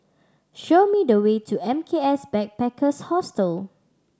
show me the way to M K S Backpackers Hostel